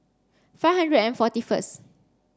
five hundred and forty first